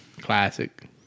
classic